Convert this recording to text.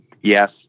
Yes